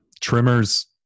trimmers